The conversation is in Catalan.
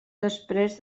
després